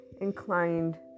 inclined